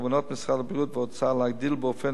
בכוונת משרד הבריאות והאוצר להגדיל באופן